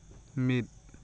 ᱢᱤᱫ